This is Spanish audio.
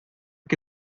que